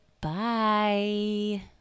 Bye